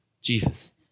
Jesus